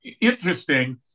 interesting